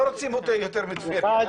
לא רוצים יותר ממה שקיבלה טבריה.